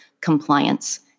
compliance